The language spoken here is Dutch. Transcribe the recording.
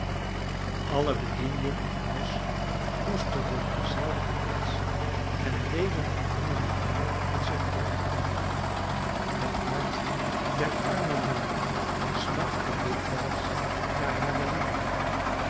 alle bedienden in huis koesterden denzelfden wensch en deden op hunne manier wat zij konden het hart der arme mammy smachtte dikwijls naar hare lieveling